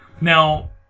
Now